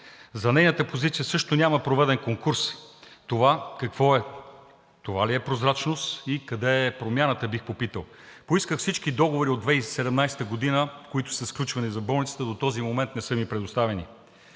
За нейната позиция също няма проведен конкурс. Това какво е?! Това ли е прозрачност и къде е промяната, бих попитал?! Поисках всички договори от 2017 г., които са сключвани за болницата, до този момент не са ми предоставени.